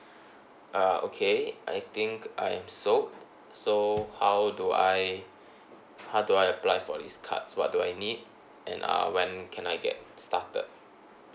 uh okay I think I'm sold so how do I how do I apply for these cards what do I need and err when can I get started